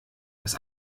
dass